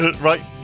right